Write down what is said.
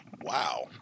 Wow